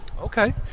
Okay